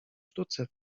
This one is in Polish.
sztucer